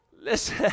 Listen